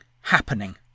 happening